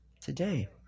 Today